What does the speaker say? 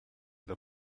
the